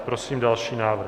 Prosím další návrh.